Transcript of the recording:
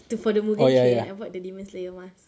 to for the mugen train I bought the demon slayer masks